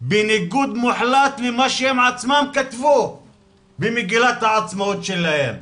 בניגוד מוחלט למה שהם עצמם כתבו במגילת העצמאות שלהם.